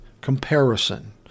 comparison